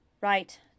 Right